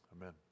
Amen